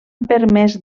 permès